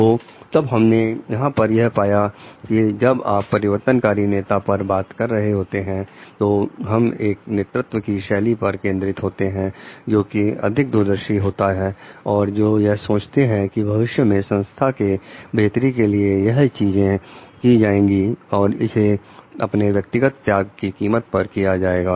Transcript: तो तब हमने यहां पर यह पाया कि जब आप परिवर्तनकारी नेता पर बात कर रहे होते हैं तो हम एक नेतृत्व की शैली पर केंद्रित होते हैं जो कि अधिक दूरदर्शी होती है और जो यह सोचते हैं कि भविष्य में संस्था के बेहतरी के लिए यह चीजें की जाएंगी और इसे अपने व्यक्तिगत त्याग की कीमत पर किया जाएगा